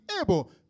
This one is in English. able